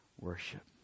worship